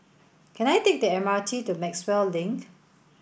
can I take the M R T to Maxwell Link